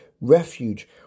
refuge